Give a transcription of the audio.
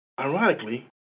ironically